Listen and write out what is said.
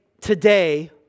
today